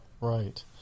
Right